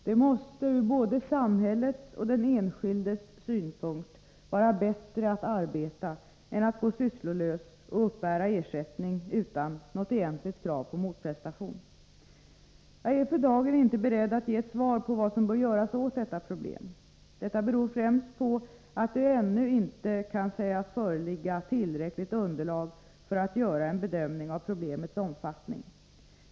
Det måste ur både samhällets och den enskildes synpunkt vara bättre att arbeta än att gå sysslolös och uppbära ersättning utan något egentligt krav på motprestation. Jag är för dagen inte beredd att ge ett svar på vad som bör göras åt detta problem. Detta beror främst på att det ännu inte kan sägas föreligga tillräckligt underlag för att göra en bedömning av problemets omfattning.